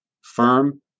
firm